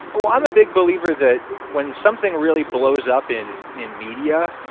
oh, i'm a big believer that when something really blows up in in media,